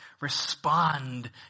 respond